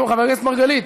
נו, חבר הכנסת מרגלית.